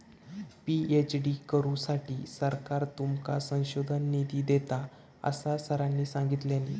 PhD करुसाठी सरकार तुमका संशोधन निधी देता, असा सरांनी सांगल्यानी